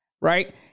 right